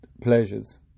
pleasures